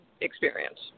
experience